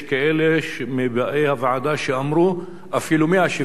יש כאלה מבאי הוועדה שאמרו אפילו 170,